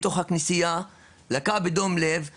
הוא לקה בדום לב בתוך הכנסייה.